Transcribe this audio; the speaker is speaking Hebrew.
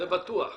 זה בטוח.